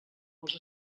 els